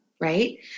right